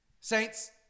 Saints